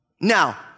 Now